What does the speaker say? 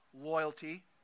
loyalty